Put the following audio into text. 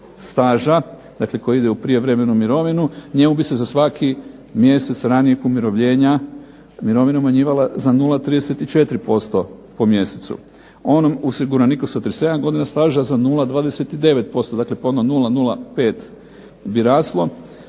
dakle koji ide u prijevremenu mirovinu, njemu bi se za svaki mjesec ranijeg umirovljenja mirovina umanjivala za 0,34% po mjesecu. Onom osiguraniku sa 37 godina staža za 0,29%, dakle po onom 0,05 bi raslo